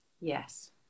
Yes